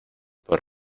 por